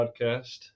podcast